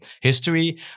history